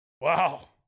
Wow